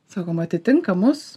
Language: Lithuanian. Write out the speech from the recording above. sakom atitinkamus